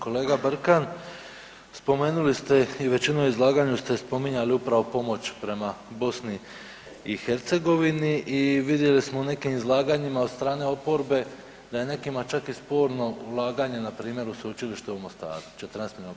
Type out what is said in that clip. Kolega Brkan, spomenuli ate i u veći izlaganja ste spominjali upravo pomoć prema BiH i vidjeli smo u nekim izlaganjima od strane oporbe da je nekima čak i sporno ulaganje npr. u sveučilište u Mostaru, 14 miliona.